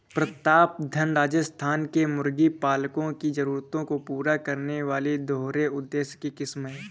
प्रतापधन राजस्थान के मुर्गी पालकों की जरूरतों को पूरा करने वाली दोहरे उद्देश्य की किस्म है